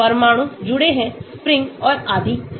परमाणु जुड़े है स्प्रिंग्स और आदि से